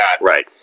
right